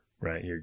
right